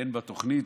אין בתוכנית,